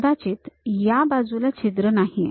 कदाचित या बाजूला छिद्र नाही आहे